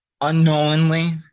unknowingly